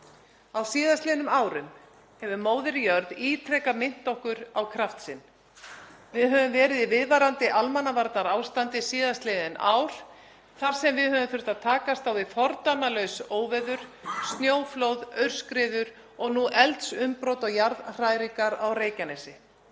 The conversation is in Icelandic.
Á síðastliðnum árum hefur móðir jörð ítrekað minnt okkur á kraft sinn. Við höfum verið í viðvarandi almannavarnaástandi síðastliðin ár þar sem við höfum þurft að takast á við fordæmalaus óveður, snjóflóð, aurskriður og nú eldsumbrot og jarðhræringar á Reykjanesi.